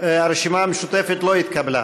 הרשימה המשותפת לא התקבלה.